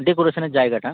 ডেকোরেশনের জায়গাটা